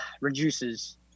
reduces